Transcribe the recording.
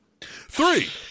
Three